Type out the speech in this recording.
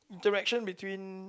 interaction between